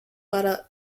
para